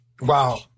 Wow